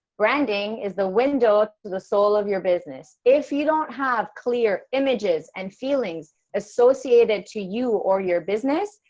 branding is the window to the soul of your business if you don't have clear images and feelings associated to you or your business,